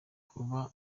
kuba